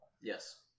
Yes